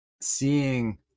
seeing